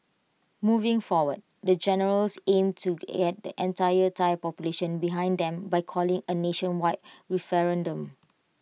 moving forward the generals aim to get the entire Thai population behind them by calling A nationwide referendum